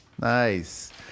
nice